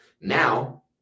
Now